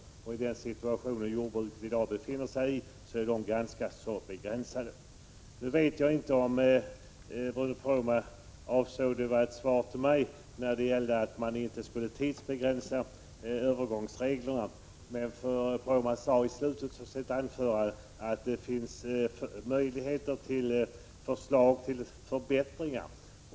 I den situation som jordbruket befinner sig i i dag är de ganska begränsade. Jag vet inte om det Bruno Poromaa sade — när det gäller att man inte skulle tidsbegränsa övergångsreglerna — var ett svar till mig. Bruno Poromaa framhöll i slutet av sitt anförande att det finns möjligheter för förslag till förbättringar.